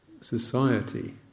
society